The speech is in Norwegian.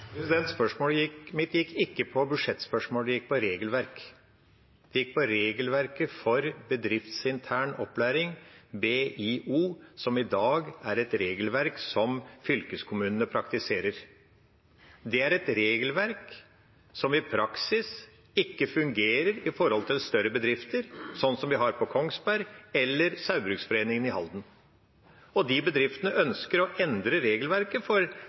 gikk ikke på budsjettspørsmål. Det gikk på regelverk. Det gikk på regelverket for Bedriftsintern opplæring, BIO, som i dag er et regelverk som fylkeskommunene praktiserer. Det er et regelverk som i praksis ikke fungerer for større bedrifter, som vi har på Kongsberg, eller Saugbrugsforeningen i Halden. De bedriftene ønsker å endre regelverket, for